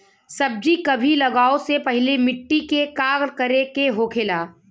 सब्जी कभी लगाओ से पहले मिट्टी के का करे के होखे ला?